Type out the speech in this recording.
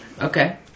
okay